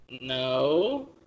No